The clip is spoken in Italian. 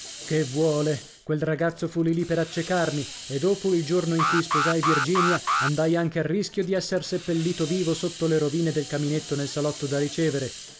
che vuole quel ragazzo fu lì lì per accecarmi e dopo il giorno in cui sposai virginia andai anche a rischio di esser seppellito vivo sotto le rovine del caminetto nel salotto da ricevere